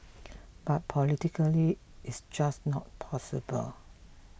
but politically it's just not possible